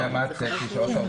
למה זה חסר?